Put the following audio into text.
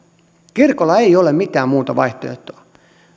kirkolla ei ole mitään muuta vaihtoehtoa